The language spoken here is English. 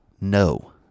no